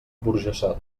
burjassot